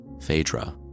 Phaedra